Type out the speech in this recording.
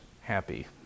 happy